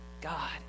God